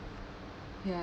ya